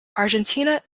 argentina